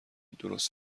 درست